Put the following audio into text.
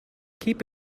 keep